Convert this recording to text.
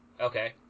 Okay